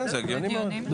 זה הגיוני מאוד.